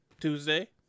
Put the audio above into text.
Tuesday